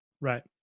right